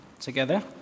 together